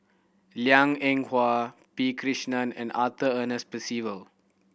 Liang Eng Hwa P Krishnan and Arthur Ernest Percival